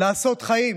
"לעשות חיים",